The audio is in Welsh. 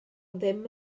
ddim